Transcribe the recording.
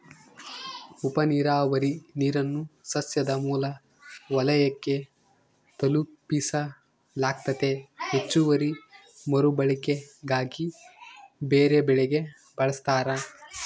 ಉಪನೀರಾವರಿ ನೀರನ್ನು ಸಸ್ಯದ ಮೂಲ ವಲಯಕ್ಕೆ ತಲುಪಿಸಲಾಗ್ತತೆ ಹೆಚ್ಚುವರಿ ಮರುಬಳಕೆಗಾಗಿ ಬೇರೆಬೆಳೆಗೆ ಬಳಸ್ತಾರ